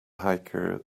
hiker